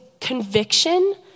conviction